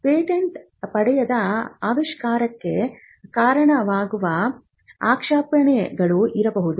patent ಪಡೆಯದ ಆವಿಷ್ಕಾರಕ್ಕೆ ಕಾರಣವಾಗುವ ಆಕ್ಷೇಪಣೆಗಳು ಇರಬಹುದು